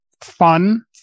fun